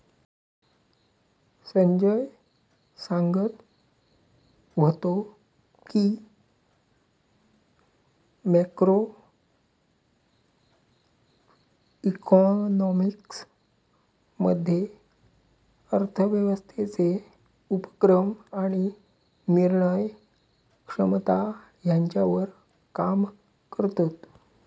संजय सांगत व्हतो की, मॅक्रो इकॉनॉमिक्स मध्ये अर्थव्यवस्थेचे उपक्रम आणि निर्णय क्षमता ह्यांच्यावर काम करतत